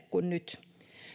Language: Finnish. kuin nyt